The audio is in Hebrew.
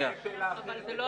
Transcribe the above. רגע, יש שאלה אחרת.